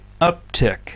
uptick